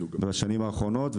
בשנים האחרונות,